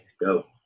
Go